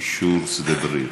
אישור שדה בריר.